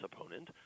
opponent